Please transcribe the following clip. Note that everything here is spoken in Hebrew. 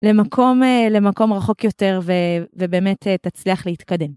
למקום רחוק יותר ובאמת תצליח להתקדם.